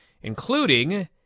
including